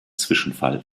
zwischenfall